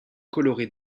colorées